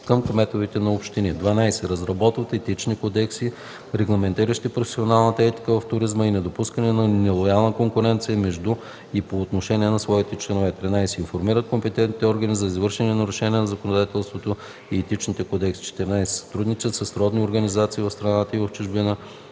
към кметовете на общини; 12. разработват етични кодекси, регламентиращи професионалната етика в туризма и недопускането на нелоялна конкуренция между и по отношение на своите членове; 13. информират компетентните органи за извършени нарушения на законодателството и етичните кодекси; 14. сътрудничат със сродни организации в страната и в чужбина